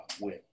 win